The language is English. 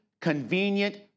convenient